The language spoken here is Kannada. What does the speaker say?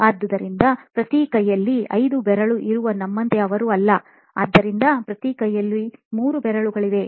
ಆದ್ದರಿಂದ ಪ್ರತಿ ಕೈಯಲ್ಲಿ ಐದು ಬೆರಳು ಇರುವ ನಮ್ಮಂತೆ ಅವರು ಇಲ್ಲ ಆದ್ದರಿಂದ ಪ್ರತಿ ಕೈಯಲ್ಲಿ ಮೂರು ಬೆರಳುಗಳಿವೆ